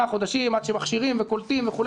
חודשים עד שמכשירים אנשים וקולטים וכו'.